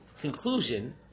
conclusion